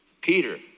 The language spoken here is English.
Peter